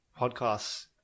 podcasts